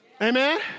Amen